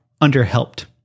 under-helped